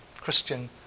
Christian